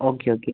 okay okay